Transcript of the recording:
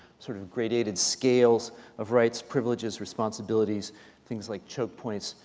sort of gradated scales of rights, privileges, responsibilities things like choke points,